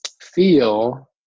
feel